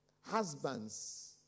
husbands